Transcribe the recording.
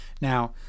Now